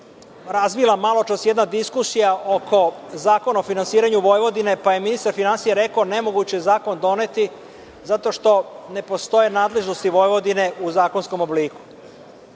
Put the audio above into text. razvila jedna diskusija oko Zakona o finansiranju Vojvodine, pa je ministar finansija rekao – nemoguće je zakon doneti, zato što ne postoje nadležnosti Vojvodine u zakonskom obliku. Pitanje